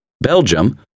Belgium